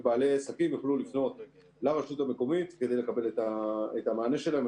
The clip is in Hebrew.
ובעלי עסקים יוכלו לפנות לרשות המקומית כדי לקבל את המענה שלהם.